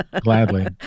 gladly